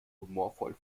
humorvoll